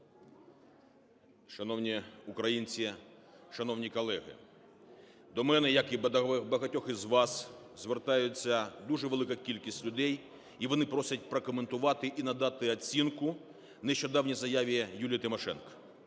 Шановні українці, шановні колеги, до мене, як і до багатьох з вас, звертається дуже велика кількість людей і вони просять прокоментувати і надати оцінку нещодавній заяві Юлії Тимошенко.